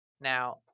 Now